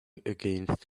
against